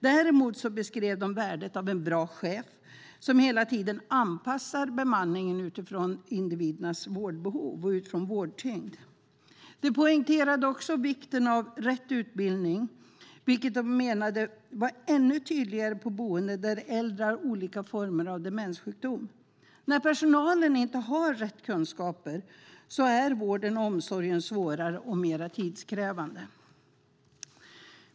Däremot beskrev de värdet av en bra chef som hela tiden anpassade bemanningen utifrån individernas vårdbehov och utifrån vårdtyngd. De poängterade också vikten av rätt utbildning, vilket de menade var ändå tydligare på boenden där de äldre har olika former av demenssjukdom. När personalen inte har dessa kunskaper så är vården och omsorgen svårare och mer tidskrävande.